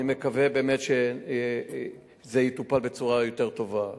אני מקווה באמת שזה יטופל בצורה יותר טובה.